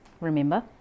remember